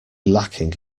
lacking